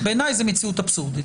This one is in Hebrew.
בעיניי זאת מציאות אבסורדית.